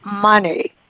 money